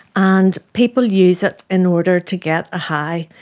and people use it in order to get a high.